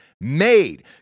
made